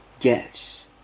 Yes